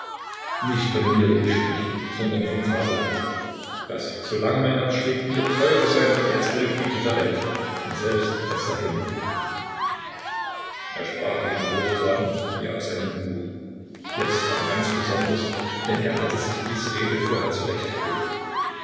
nicht von mir will ich sprechen sondern vom vaterland das solange mein herz schlägt mir teurer sein wird als alle güter der welt und selbst als der himmel er sprach wie immer hochtrabend wie aus einem buch jetzt aber ganz besonders denn er hatte sich diese rede vorher zurechtgelegt